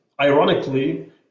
Ironically